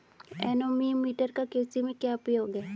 Anemometer का कृषि में क्या उपयोग है?